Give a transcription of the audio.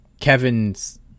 Kevin's